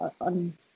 on